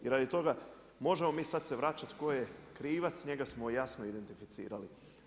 I radi toga, možemo mi sada se vraćati tko je krivac, njega smo jasno identificirali.